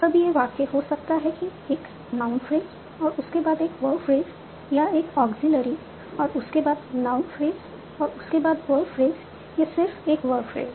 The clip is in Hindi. अब यह वाक्य हो सकता है कि एक नाउन फ्रेज और उसके बाद एक वर्ब फ्रेज या एक एक्जिलेरी और उसके बाद नाउन फ्रेज और उसके बाद वर्ब फ्रेज या सिर्फ एक वर्ब फ्रेज